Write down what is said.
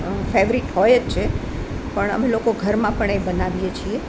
favourite હોય જ છે પણ અમે લોકો ઘરમાં પણ એ બનાવીએ છીએ